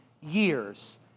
years